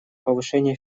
повышение